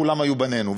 כולם היו בנינו,